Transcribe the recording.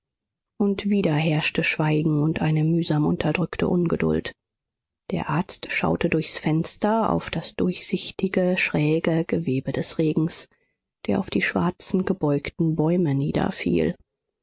und wieder herrschte schweigen und eine mühsam unterdrückte ungeduld der arzt schaute durchs fenster auf das durchsichtige schräge gewebe des regens der auf die schwarzen gebeugten bäume